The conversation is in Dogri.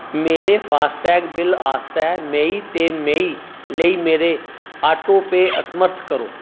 मेरे फास्टैग बिल आस्तै मेई ते मेई लेई आटोपे असमर्थ करो